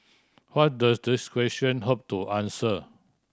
what does these question hope to answer